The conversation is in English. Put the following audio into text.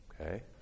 Okay